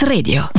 Radio